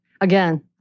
again